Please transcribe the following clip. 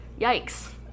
Yikes